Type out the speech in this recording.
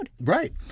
Right